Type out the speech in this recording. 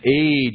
age